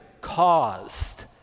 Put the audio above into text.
caused